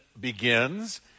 begins